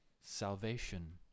salvation